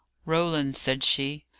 roland, said she,